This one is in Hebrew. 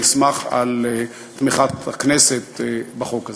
אני אשמח על תמיכת הכנסת בחוק הזה.